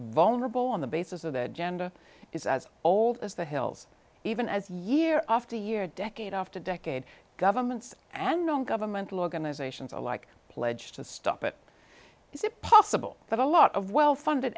vulnerable on the basis of their gender is as old as the hills even as year after year decade after decade governments and non governmental organizations alike pledged to stop it is it possible that a lot of well funded